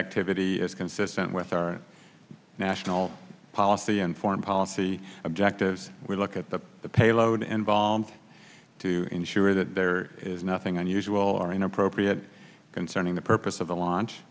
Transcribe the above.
activity is consistent with our national policy and foreign policy objective we look at the payload and bomb to ensure that there thing unusual or inappropriate concerning the purpose of the launch